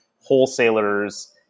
wholesalers